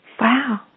Wow